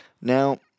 Now